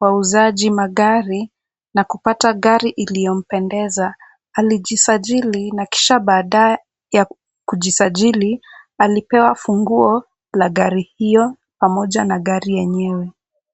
wauzaji magari na kupata gari iliyompendeza. Alijisajili na kisha baada ya kujisajili, alipewa funguo la gari hiyo pamoja na gari yenyewe.